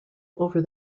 over